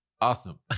Awesome